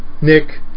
Nick